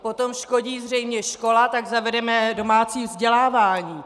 Potom škodí zřejmě škola, tak zavedeme domácí vzdělávání.